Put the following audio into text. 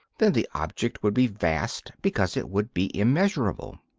then the object would be vast because it would be immeasurable.